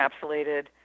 encapsulated